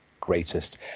greatest